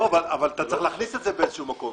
לא, אבל אתה צריך להכניס את זה באיזשהו מקום.